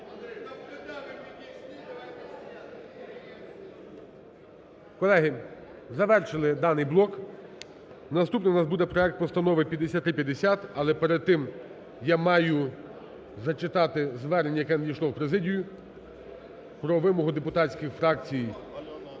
Колеги, завершили даний блок. Наступний у нас буде проект Постанови (5350). Але перед тим я маю зачитати звернення, яке надійшло в президію про вимогу депутатських фракцій